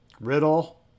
Riddle